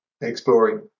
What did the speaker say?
exploring